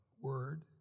word